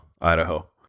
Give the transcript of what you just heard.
Idaho